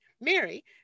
Mary